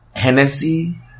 Hennessy